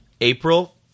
April